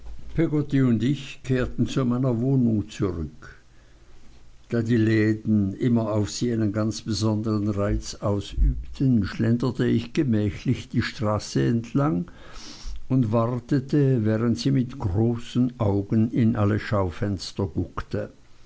und ich kehrten zu meiner wohnung zurück da die läden immer auf sie einen ganz besondern reiz ausübten schlenderte ich gemächlich die straße entlang und wartete während sie mit großen augen in alle schaufenster guckte